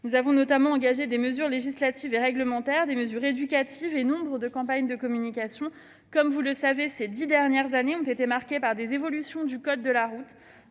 Nous avons notamment engagé des mesures législatives et réglementaires, des mesures éducatives et nombre de campagnes de communication. Comme vous le savez, les dix dernières années ont été marquées par des évolutions du code de la route